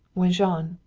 when jean,